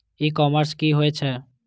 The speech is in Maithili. ई कॉमर्स की होए छै?